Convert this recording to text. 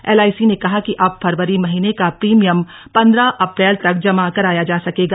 L I C ने कहा कि अब फरवरी महीने का प्रीमियम पन्द्रह अप्रैल तक जमा कराया जा सकेगा